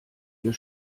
ihr